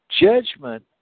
Judgment